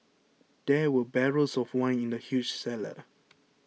there were barrels of wine in the huge cellar